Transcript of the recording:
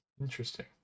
Interesting